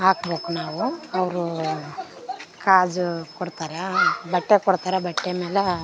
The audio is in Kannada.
ಹಾಕ್ಬೇಕು ನಾವು ಅವರು ಕಾಜೂ ಕೊಡ್ತಾರೆ ಬಟ್ಟೆ ಕೊಡ್ತಾರೆ ಬಟ್ಟೆ ಮೇಲೆ